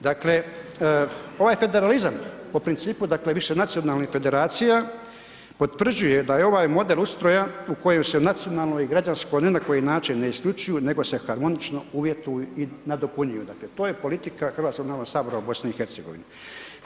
Dakle, ovaj federalizam po principu višenacionalnih federacija, potvrđuje da je ovaj model ustroja u kojem se nacionalno i građansko ni na koji način ne isključuju nego se harmonično uvjetuju i nadopunjuju, dakle to je politika Hrvatskog narodnog sabora u BiH-u.